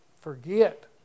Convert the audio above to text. forget